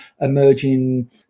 emerging